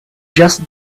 just